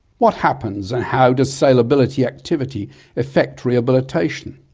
what happens and how does sailability activity effect rehabilitation?